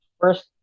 First